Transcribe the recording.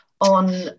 on